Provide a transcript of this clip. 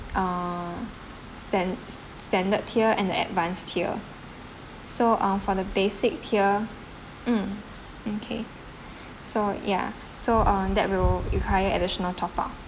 um stand~ standard tier and the advanced tier so ah for the basic tier mm okay so yeah so ah that will require additional top up